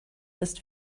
ist